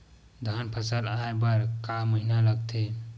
धान फसल आय बर कय महिना लगथे?